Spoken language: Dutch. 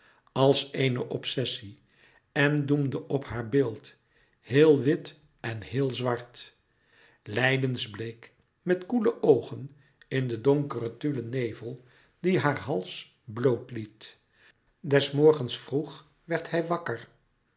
als eene obsessie en doemde op haar beeld heel wit en heel zwart lijdensbleek met koele oogen in den donkeren tullen nevel die haar hals bloot liet des morgens vroeg werd hij wakker